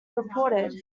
reported